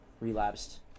relapsed